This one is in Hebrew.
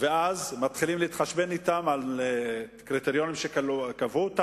ואז מתחילים להתחשבן אתם על קריטריונים שקבעו,